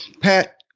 Pat